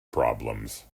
problems